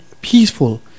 peaceful